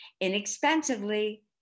inexpensively